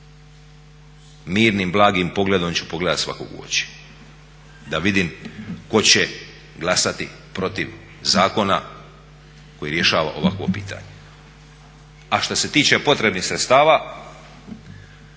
Mirnim, blagim pogledom ću pogledati svakog u oči da vidim tko će glasati protiv zakona koji rješava ovakvo pitanje. A što se tiče potrebnih sredstava